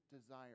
desire